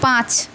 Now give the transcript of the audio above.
পাঁচ